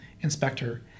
inspector